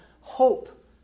hope